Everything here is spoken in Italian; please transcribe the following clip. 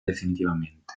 definitivamente